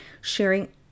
sharing